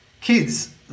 kids